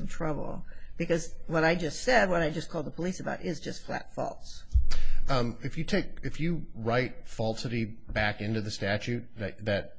some trouble because when i just said what i just called the police about is just that if you take if you write falsity back into the statute that